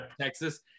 texas